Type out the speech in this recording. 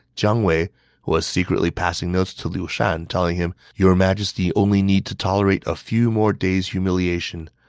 jiang wei was secretly passing notes to liu shan, telling him, your majesty only need to tolerate a few more days' humiliation.